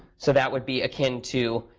so that would be akin to,